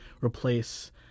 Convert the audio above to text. replace